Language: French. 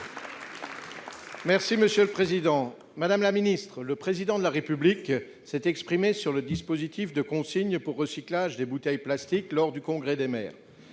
écologique et solidaire, le Président de la République s'est exprimé sur le dispositif de consigne pour recyclage des bouteilles plastiques lors du congrès des maires.